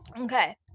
Okay